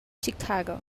chicago